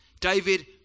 David